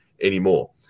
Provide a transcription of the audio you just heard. anymore